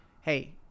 Hey